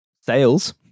sales